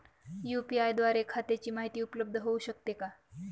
UPI द्वारे खात्याची माहिती उपलब्ध होऊ शकते का?